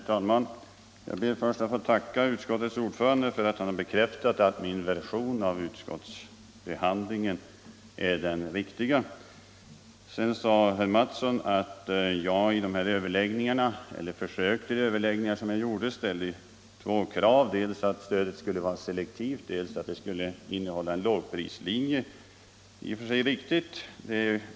Herr talman! Jag ber först att få tacka utskottets ordförande för att han har bekräftat att min version av utskottsbehandlingen är den riktiga. Sedan sade herr Mattsson i Lane-Herrestad att jag i de försök till överläggningar som gjorts ställde två krav: dels att stödet skulle vara selektivt, dels att det skulle innehålla en lågprislinje. Det är i och för sig riktigt.